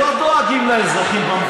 זאת האמת, אתם לא דואגים לאזרחים במדינה.